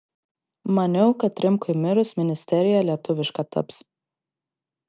maniau kad rimkui mirus ministerija lietuviška taps